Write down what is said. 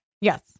Yes